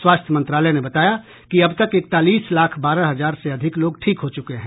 स्वास्थ्य मंत्रालय ने बताया कि अब तक इकतालीस लाख बारह हजार से अधिक लोग ठीक हो चुके हैं